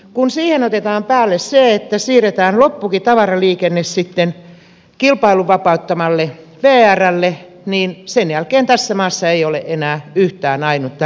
kun siihen otetaan päälle se että siirretään loppukin tavaraliikenne sitten kilpailun vapauttamalle vrlle niin sen jälkeen tässä maassa ei ole enää yhtään ainutta rekkaa